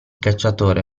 cacciatore